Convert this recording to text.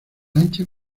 ancha